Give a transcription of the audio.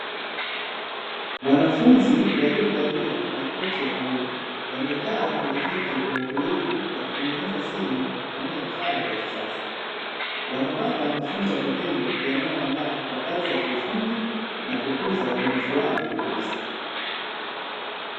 Wanafunzi waliovalia makoti ya bluu, wamekaa kwenye viti kwa utulivu wakitengeneza simu kwa kutumia vifaa vya kisasa. Wanapata mafunzo ya vitendo yanayowaandaa kwa kazi za kiufundi na kukuza ubunifu wao binafsi.